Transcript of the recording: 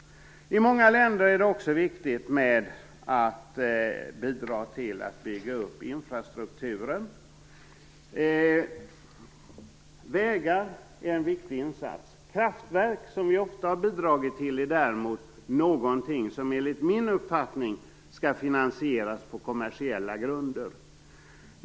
I många länder är det också viktigt att bidra till att bygga upp infrastrukturen. Vägar är en viktig insats. Kraftverk, som vi ofta bidragit till, är däremot någonting som enligt min uppfattning skall finansieras på kommersiella grunder.